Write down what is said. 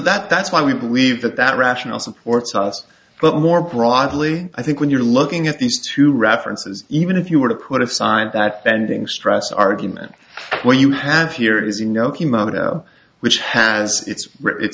that that's why we believe that that rationale supports us but more broadly i think when you're looking at these two references even if you were to put aside that bending stress argument where you have here is you know which has it